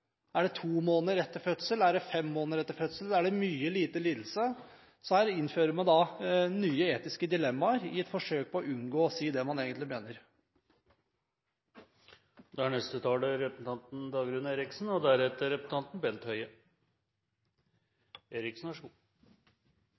Er det to måneder etter fødsel, er det fem måneder etter fødsel, er det mye eller lite lidelse? Her innfører man nye etiske dilemmaer i et forsøk på å unngå å si det man egentlig mener.